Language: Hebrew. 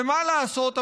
ומה לעשות,